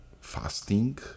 fasting